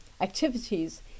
activities